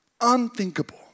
Unthinkable